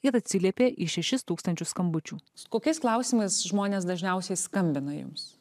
ir atsiliepė į šešis tūkstančius skambučių kokiais klausimais žmonės dažniausiai skambina jums